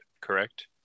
correct